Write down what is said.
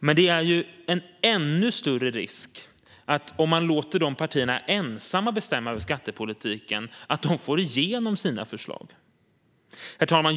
Men om man låter dessa partier ensamma bestämma över skattepolitiken är det ju ännu större risk att de får igenom sina förslag. Herr talman!